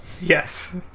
Yes